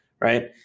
right